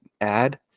add